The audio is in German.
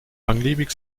langlebig